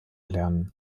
lernen